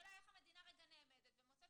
והשאלה איך המדינה נעמדת ואולי מוצאת